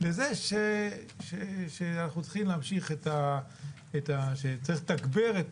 על זה שאנחנו צריכים להמשיך לתגבר את